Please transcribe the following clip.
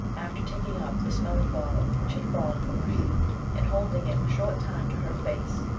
after taking up the smelling bottle which had fallen from her hand, and holding it a short time to her face,